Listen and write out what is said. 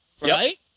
Right